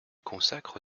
consacre